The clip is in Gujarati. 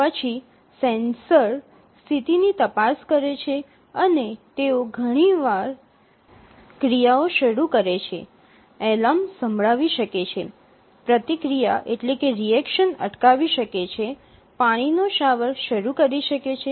પછી સેન્સર સ્થિતિની તપાસ કરે છે અને તેઓ ઘણીવાર ક્રિયાઓ શરૂ કરે છે એલાર્મ સંભળાવી શકે છે પ્રતિક્રિયા અટકાવી શકે છે પાણીનો શાવર શરૂ કરી શકે છે